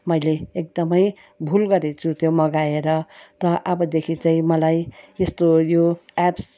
मैले एकदमै भुल गरेछु त्यो मगाएर त अबदेखि चाहिँ मलाई यस्तो यो एप्स